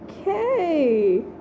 Okay